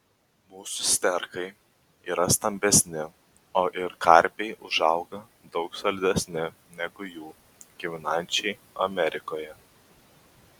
mūsų sterkai yra stambesni o ir karpiai užauga daug solidesni negu jų giminaičiai amerikoje